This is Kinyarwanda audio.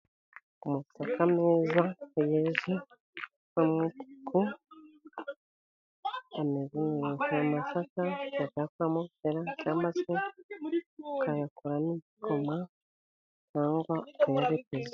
Amasaka meza yeze y'umutuku, ameze neza. Amasaka ushobora kuyakuramo ubushera, cyangwa se ukayakuramo n'igikoma cyangwa ukayabeteza.